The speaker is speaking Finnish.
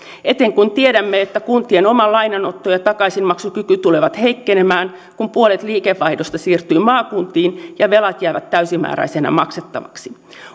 etenkin kun tiedämme että kuntien oma lainanotto ja takaisinmaksukyky tulevat heikkenemään kun puolet liikevaihdosta siirtyy maakuntiin ja velat jäävät täysimääräisenä maksettavaksi